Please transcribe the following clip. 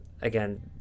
Again